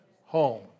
home